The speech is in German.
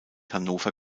hannover